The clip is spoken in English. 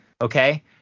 Okay